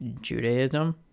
Judaism